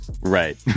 Right